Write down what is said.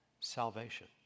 Salvation